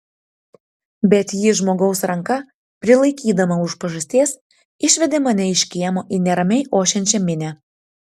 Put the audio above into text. bet ji žmogaus ranka prilaikydama už pažasties išvedė mane iš kiemo į neramiai ošiančią minią